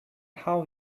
how